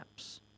apps